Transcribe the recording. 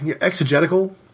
exegetical